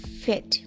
fit